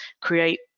create